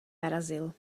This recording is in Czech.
narazil